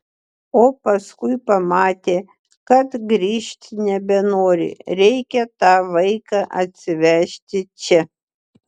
o paskui pamatė kad grįžt nebenori reikia tą vaiką atsivežti čia